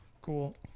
Cool